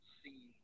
see